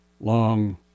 long